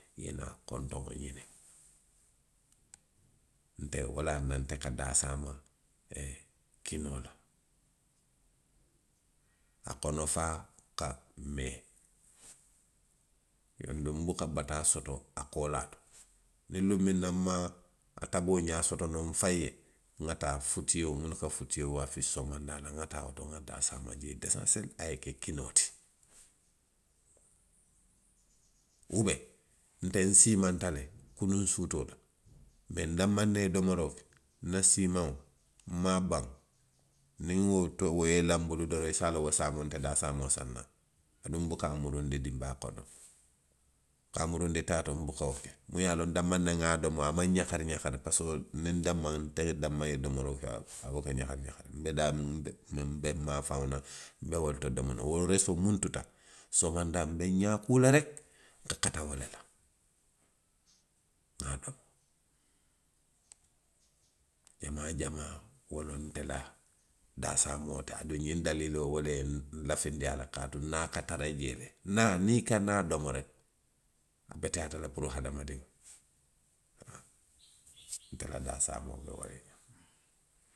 Nňe naa kontowo ňiniŋ, nte, wolaŋ na nte nka daasaama, e, kinoo la. A kono faa baa, mee wolaŋ na nbuka bataa soto a koolaa. Niŋ luŋ miŋ na nmaŋ a tabiriňaa soto noo nfaŋ ye. nŋa taa futtio, nka futtio waafi somondaa la le, nŋa taa woto, nŋa taa a saŋ nŋa wo domo lesaŋsiyeeli a ye ke kinoo ti. Nbe, nte siimanta le kunuŋ futuu le la, mee ndanmaŋ ne ye domoroo ke, nna siimaŋo, niŋ nmaŋ a baŋ, niŋ wo kinoo ye i laa nbulu, i se a loŋ wo saamoo nbe daasaamoo saŋ na. Aduŋ nbuka muruundi dinbaa kono. ka a muruundi taa to nbuka wo ke. niŋ nŋa loŋ ndanmaŋ ne ye a domo, a maŋ ňafari ňafari, parisiko niŋ ndanmaŋ, e niŋ ndanmaŋ ye domoroo ke, a buka kejebu, nbe daamiŋ, nbe daali nmaafaŋo le la, nbe wo le to, wo resitoo miŋ tuta, somondaa nbe ňaa kuu la reki, nka kata wo la, nŋa a domo. jamaa jamaa wo loŋ nte la daasaamoo ti. Aduŋ ňiŋ daliiloo, wo le ye nlafindi a la kaatu naa ka tara jee le. Naa, niŋ i ka naa domo reki, wo beteyaata le puru hadamadiŋo, haa. Nte la daasaamoo be wo le ňaama.